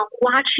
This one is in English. watching